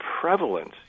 prevalent